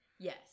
Yes